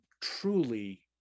truly